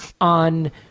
on